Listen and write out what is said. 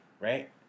right